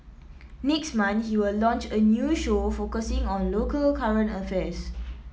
next month he will launch a new show focusing on local current affairs